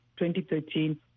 2013